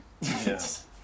Yes